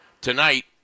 tonight